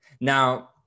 Now